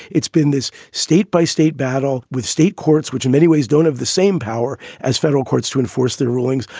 it's been this state by state battle with state courts, which in many ways don't have the same power as federal courts to enforce their rulings.